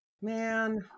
Man